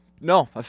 No